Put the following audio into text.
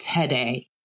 today